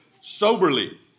soberly